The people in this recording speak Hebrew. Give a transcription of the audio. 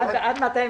את התקנות.